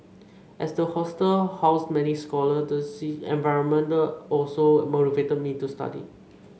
as the hostel housed many scholar the see environment also motivated me to study